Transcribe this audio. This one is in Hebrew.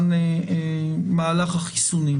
בעד מהלך החיסונים.